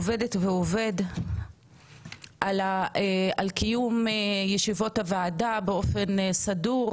עובדת ועובד על קיום ישיבות הוועדה באופן סדור,